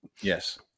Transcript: Yes